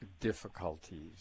difficulties